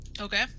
Okay